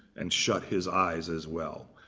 and shut his eyes as well.